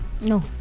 No